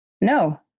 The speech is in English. no